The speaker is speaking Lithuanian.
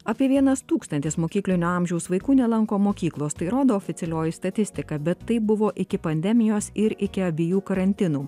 apie vienas tūkstantis mokyklinio amžiaus vaikų nelanko mokyklos tai rodo oficialioji statistika bet taip buvo iki pandemijos ir iki abiejų karantinų